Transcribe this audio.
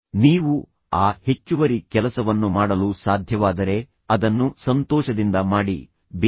ನೀವು ಆ ಹೆಚ್ಚುವರಿ ಕೆಲಸವನ್ನು ಮಾಡಲು ಸಾಧ್ಯವಾದರೆ ಅದನ್ನು ಸಂತೋಷದಿಂದ ಮಾಡಿ ಬೇರೆ ಏನನ್ನು ಪರಿಗಣಿಸಬೇಡಿ